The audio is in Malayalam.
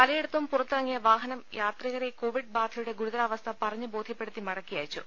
പലയിടത്തും പുറത്തിറങ്ങിയ വാഹനു യാത്രികരെ കോവിഡ് ബാധയുടെ ഗുരുതരാവസ്ഥ പറഞ്ഞ് ബോധ്യപ്പെ ടുത്തി മടക്കിയയച്ചു